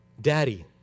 Daddy